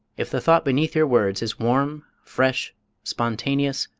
if the thought beneath your words is warm, fresh, spontaneous,